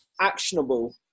actionable